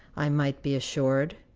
i might be assured.